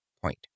Point